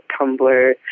Tumblr